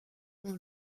ont